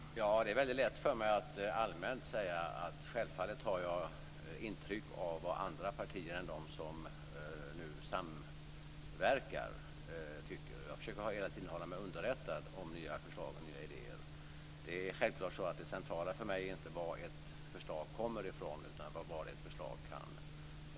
Herr talman! Ja, det är väldigt lätt för mig att allmänt säga att självfallet tar jag intryck av vad andra partier än de som nu samverkar tycker. Jag försöker hela tiden hålla mig underrättad om nya förslag och nya idéer. Det är självklart så att det centrala för mig inte är var ett förslag kommer ifrån, utan vad ett förslag kan få för resultat.